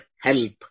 help